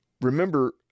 Remember